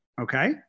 okay